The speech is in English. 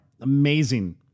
Amazing